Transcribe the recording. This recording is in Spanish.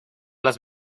las